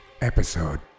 episode